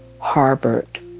harbored